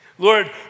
Lord